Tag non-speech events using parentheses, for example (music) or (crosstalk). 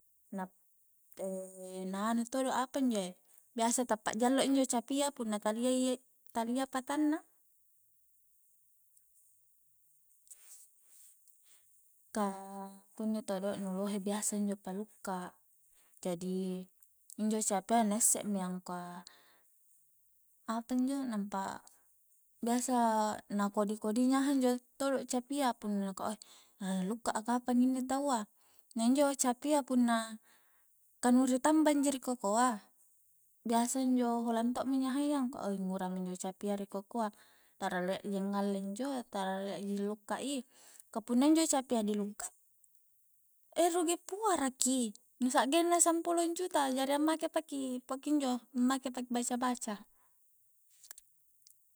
Na (hesitation) na anu todo' apanjoe biasa tappa jallo injo capia punna taliai-talia patanna ka kunni todo nu lohe biasa injo palukka jadi injo capia na isse mi angkua apanjo nampa biasaa na kodi-kodi nyaha injo todo capia punna nakua e'nu na-na lukka a kapang inni taua, na injo capia punna ka nu ri tambang ji ri kokoa biasa injo holang to'mi nyahayya angkua engura minjo capia ri kokoa tala rie ji ngalle injo tala rie ji lukka i ka punna injo capia ri lukka e rugi puara ki jari ammake paki pakinjo ammake paki baca-baca